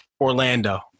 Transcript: Orlando